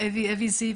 אווי זיו,